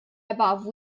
above